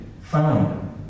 found